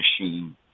machine